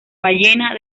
ballena